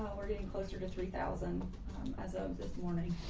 we're getting closer to three thousand as of this morning,